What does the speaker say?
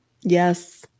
Yes